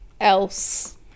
else